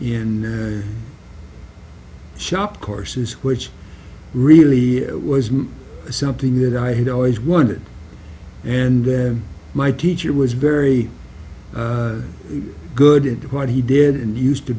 in shop courses which really was something that i had always wanted and then my teacher was very good at what he did and used to